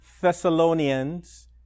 Thessalonians